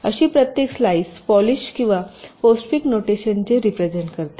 तर अशी प्रत्येक स्लाइस पॉलिश किंवा पोस्टफिक्स नोटेशनचे असे रिप्रेझेन्ट करीत आहे